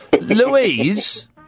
Louise